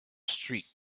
street